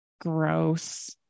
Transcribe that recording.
gross